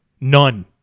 None